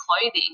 clothing